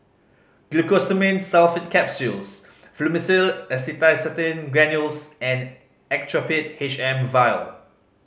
Glucosamine Sulfate Capsules Fluimucil Acetylcysteine Granules and Actrapid H M Vial